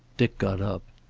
dick got up.